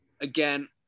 again